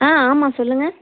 ஆ ஆமாம் சொல்லுங்கள்